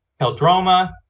Heldroma